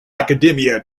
academia